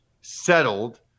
settled